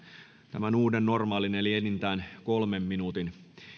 tämän uuden normaalin eli enintään kolmen minuutin